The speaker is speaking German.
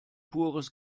pures